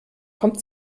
kommt